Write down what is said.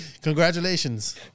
Congratulations